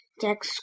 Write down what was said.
Jack